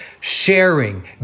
sharing